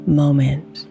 moment